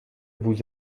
vous